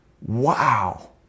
Wow